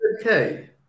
Okay